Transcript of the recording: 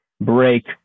break